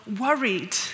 worried